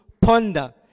ponder